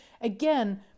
again